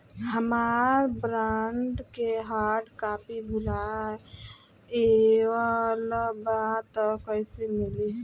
हमार बॉन्ड के hard copy भुला गएलबा त कैसे मिली?